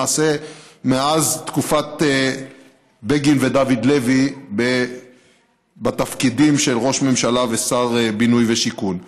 למעשה מאז תקופת בגין ודוד לוי בתפקידים של ראש ממשלה ושר בינוי ושיכון.